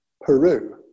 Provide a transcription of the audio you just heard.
Peru